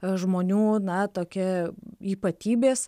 žmonių na tokia ypatybės